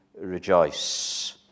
rejoice